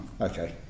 okay